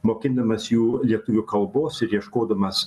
mokindamas jų lietuvių kalbos ir ieškodamas